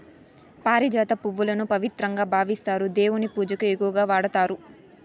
పారిజాత పువ్వులను పవిత్రంగా భావిస్తారు, దేవుని పూజకు ఎక్కువగా వాడతారు